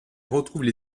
retrouvent